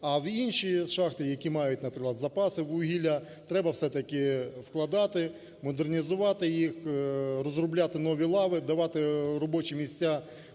А в інші шахти, які мають, наприклад, запаси вугілля треба все-таки вкладати, модернізувати їх, розробляти нові лави, давати робочі місця